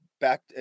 back